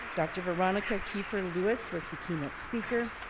dr. veronica keiffer-lewis was the keynote speaker,